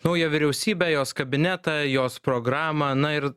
naują vyriausybę jos kabinetą jos programą na ir